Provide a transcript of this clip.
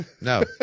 No